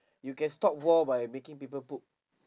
you can stop war by making people poop